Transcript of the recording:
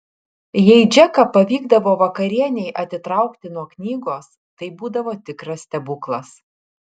jei džeką pavykdavo vakarienei atitraukti nuo knygos tai būdavo tikras stebuklas